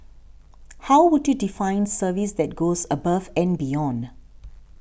how would you define service that goes above and beyond